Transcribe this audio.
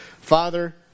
Father